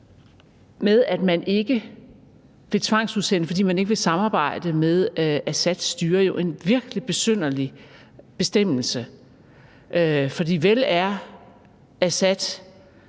med, at man ikke vil tvangsudsende, fordi man ikke vil samarbejde med Assads styre, jo virkelig en besynderlig beslutning. For vel er Assad